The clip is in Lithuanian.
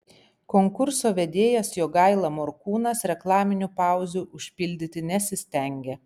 konkurso vedėjas jogaila morkūnas reklaminių pauzių užpildyti nesistengė